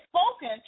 spoken